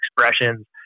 expressions